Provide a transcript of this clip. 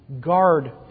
guard